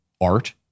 art